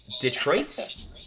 Detroit's